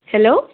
hello